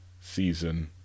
season